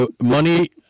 Money